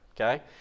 Okay